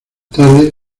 tarde